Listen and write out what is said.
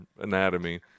anatomy